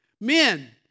Men